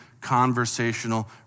conversational